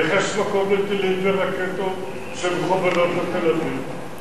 איך יש מקום לטילים ורקטות שמכוונים לתל-אביב?